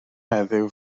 heddiw